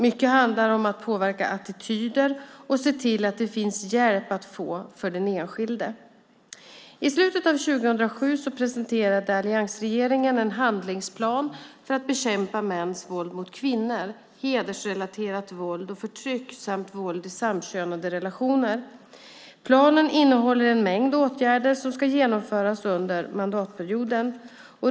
Mycket handlar om att påverka attityder och se till att det finns hjälp att få för den enskilde. I slutet av 2007 presenterade alliansregeringen en handlingsplan för att bekämpa mäns våld mot kvinnor, hedersrelaterat våld och förtryck samt våld i samkönade relationer. Planen innehåller en mängd åtgärder som ska genomföras under mandatperioden.